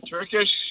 Turkish